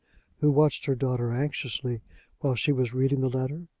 who watched her daughter anxiously while she was reading the letter.